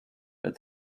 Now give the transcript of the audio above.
but